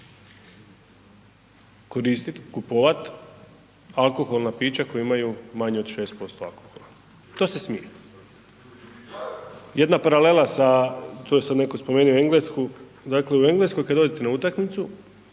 koristit, kupovat alkoholna pića koja imaju manje od 6% alkohola, to se smije. Jedna paralela sa, tu je sad neko spomenuo Englesku, dakle u Engleskoj kada odete na utakmicu